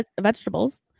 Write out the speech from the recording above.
vegetables